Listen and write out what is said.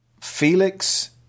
felix